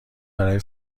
برای